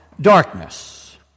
darkness